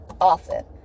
often